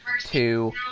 two